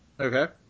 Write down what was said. okay